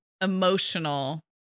emotional